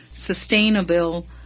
sustainable